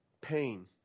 Pain